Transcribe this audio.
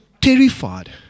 terrified